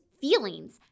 feelings